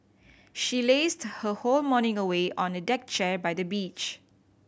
she lazed her whole morning away on a deck chair by the beach